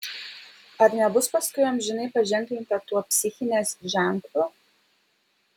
ar nebus paskui amžinai paženklinta tuo psichinės ženklu